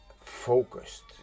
focused